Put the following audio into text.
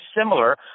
similar